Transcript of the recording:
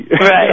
Right